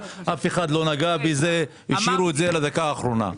אף אחד לא נגע בזה, השאירו את זה לדקה האחרונה.